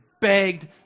begged